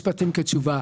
כתשובה.